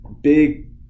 big